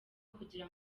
kugira